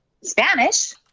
Spanish